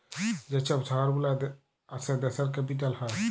যে ছব শহর গুলা আসে দ্যাশের ক্যাপিটাল হ্যয়